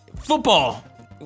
Football